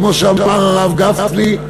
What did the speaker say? כמו שאמר הרב גפני,